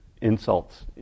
insults